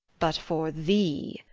but for thee,